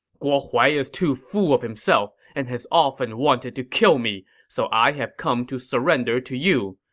guo huai is too full of himself and has often wanted to kill me, so i have come to surrender to you.